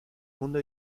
mundo